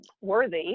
worthy